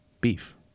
beef